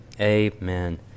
amen